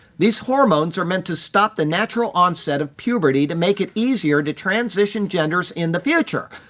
these hormones are meant to stop the natural onset of puberty to make it easier to transition genders in the future.